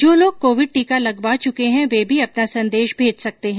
जो लोग कोविड टीका लगवा चुके हैं ये भी अपना संदेश भेज सकते हैं